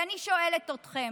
ואני שואלת אתכם,